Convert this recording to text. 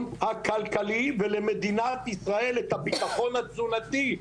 הכלכלי ולמדינת ישראל את הביטחון התזונתי.